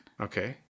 Okay